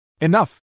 Enough